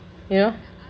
you know